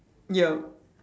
yup